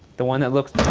the one that looks.